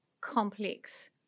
complex